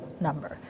number